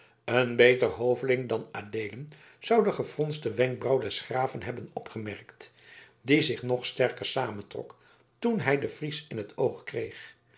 een beter hoveling dan adeelen zou de gefronste wenkbrauw des graven hebben opgemerkt die zich nog sterker samentrok toen hij den fries in t oog kreeg